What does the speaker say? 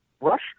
Rush